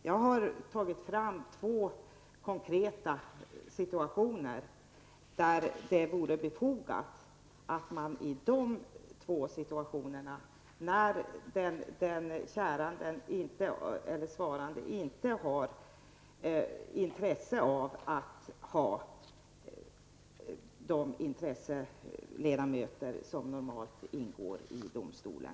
Jag har tagit fram två konkreta fall där ur den sökande parterns synpunkt hade varit angeläget att intresseledamöterna inte hade fått delta i domen.